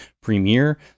premiere